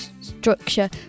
structure